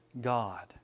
God